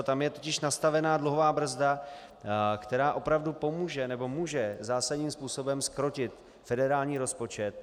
Tam je totiž nastavena dluhová brzda, která opravdu může zásadním způsobem zkrotit federální rozpočet.